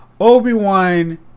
Obi-Wan